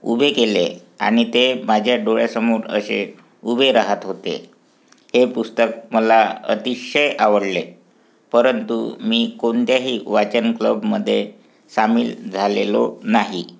उभे केले आणि ते माझ्या डोळ्यासमोर असे उभे राहत होते हे पुस्तक मला अतिशय आवडले परंतु मी कोणत्याही वाचन क्लबमध्ये सामील झालेलो नाही